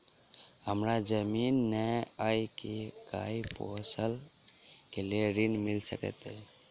हमरा जमीन नै अई की गाय पोसअ केँ लेल ऋण मिल सकैत अई?